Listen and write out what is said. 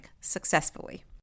successfully